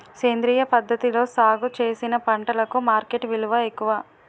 సేంద్రియ పద్ధతిలో సాగు చేసిన పంటలకు మార్కెట్ విలువ ఎక్కువ